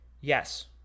Yes